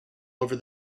over